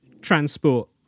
transport